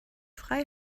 frei